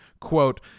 quote